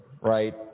Right